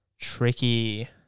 Tricky